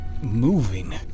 Moving